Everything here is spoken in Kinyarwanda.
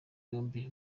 yombi